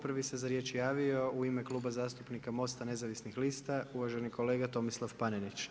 Prvi se za riječ javio u ime Kluba zastupnika Mosta nezavisnih lista, uvaženi kolega Tomislav Panenić.